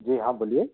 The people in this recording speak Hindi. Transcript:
जी हाँ बोलिए